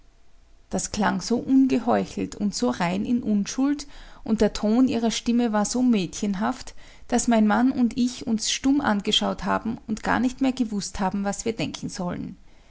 das klang so ungeheuchelt und so rein in unschuld und der ton ihrer stimme war so mädchenhaft daß mein mann und ich uns stumm angeschaut haben und gar nicht mehr gewußt haben was wir denken sollen